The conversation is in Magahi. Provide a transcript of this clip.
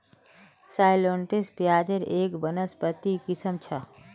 शैलोट्स प्याज़ेर एक वानस्पतिक किस्म छ